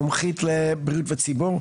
מומחית לבריאות וציבור.